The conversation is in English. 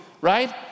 Right